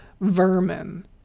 vermin